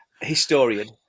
Historian